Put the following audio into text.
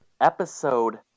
episode